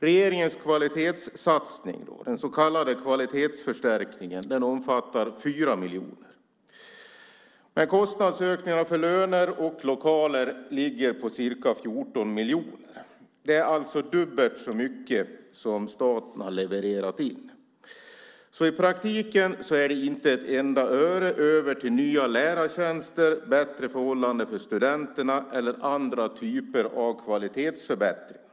Regeringens kvalitetssatsning, den så kallade kvalitetsförstärkningen, omfattar 4 miljoner. Men kostnadsökningarna för löner och lokaler ligger på ca 14 miljoner. Det är alltså dubbelt så mycket som staten har levererat in. I praktiken blir det alltså inte ett enda öre över till nya lärartjänster, bättre förhållanden för studenterna eller andra typer av kvalitetsförbättringar.